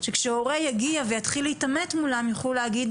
שכשהורה יגיע ויתחיל להתעמת מולם יוכלו להגיד